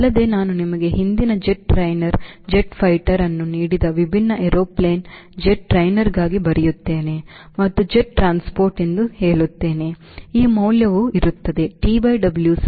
ಅಲ್ಲದೆ ನಾನು ನಿಮಗೆ ಹಿಂದಿನ ಜೆಟ್ ಟ್ರೈನರ್ ಜೆಟ್ ಫೈಟರ್ ಅನ್ನು ನೀಡಿದ ವಿಭಿನ್ನ ಏರೋಪ್ಲೇನ್ ಜೆಟ್ ಟ್ರೈನರ್ಗಾಗಿ ಬರೆಯುತ್ತೇನೆ ಮತ್ತು ಜೆಟ್ ಟ್ರಾನ್ಸ್ಪೋರ್ಟ್ ಎಂದು ಹೇಳುತ್ತೇನೆ ಈ ಮೌಲ್ಯವು ಇರುತ್ತದೆ TW ಸಾಮಾನ್ಯವಾಗಿ 0